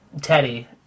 Teddy